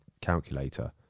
calculator